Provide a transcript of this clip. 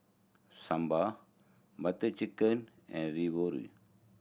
Sambar Butter Chicken and Ravioli